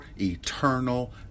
eternal